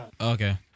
Okay